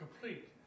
complete